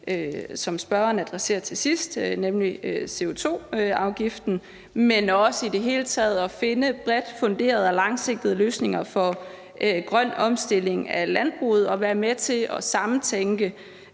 som spørgeren adresserer til sidst, nemlig CO2-afgiften, men også i det hele taget at finde bredt funderede og langsigtede løsninger for grøn omstilling af landbruget og være med til at samtænke